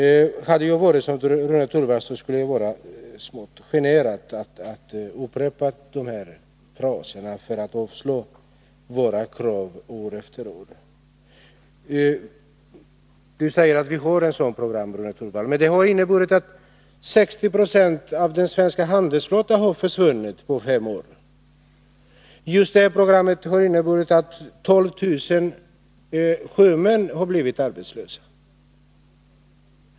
Hade jag varit Rune Torwald skulle jag vara smått generad att upprepa dessa fraser för att avslå vpk:s krav år efter år. Rune Torwald säger att det finns ett sådant program, men det har inneburit att 60 26 av den svenska handelsflottan försvunnit på fem år och att 12 000 sjömän blivit arbetslösa.